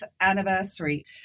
anniversary